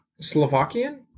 Slovakian